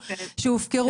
שהופקרו,